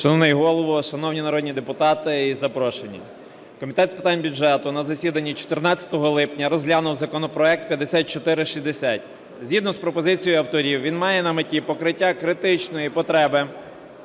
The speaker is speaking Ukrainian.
Шановний Голово, шановні народні депутати і запрошені, Комітет з питань бюджету на засіданні 14 липня розглянув законопроект 5460. Згідно з пропозицією авторів він має на меті покриття критичної потреби